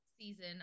season